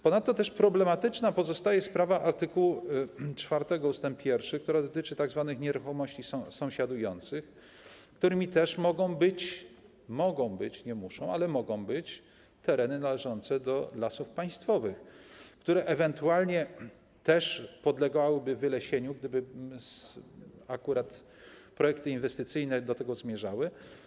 Ponadto problematyczna pozostaje też sprawa art. 4 ust. 1, która dotyczy tzw. nieruchomości sąsiadujących, którymi mogą też być - mogą być, nie muszą, ale mogą być - tereny należące do Lasów Państwowych, które ewentualnie też podlegałyby wylesieniu, gdyby akurat projekty inwestycyjne do tego zmierzały.